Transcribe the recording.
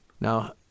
now